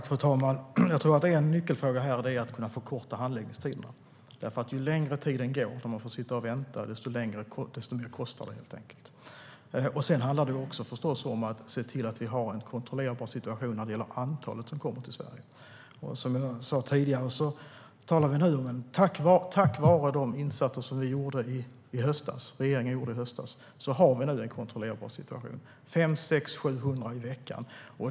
Fru talman! Jag tror att en nyckelfråga är att förkorta handläggningstiderna. Ju längre tid man får sitta och vänta, desto mer kostar det. Det handlar förstås också om att se till att vi har en kontrollerbar situation när det gäller antalet som kommer till Sverige. Som jag sa tidigare: Tack vare de insatser som regeringen gjorde i höstas har vi nu en kontrollerbar situation - 500, 600, 700 i veckan.